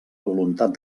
voluntat